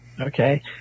okay